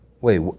Wait